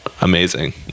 amazing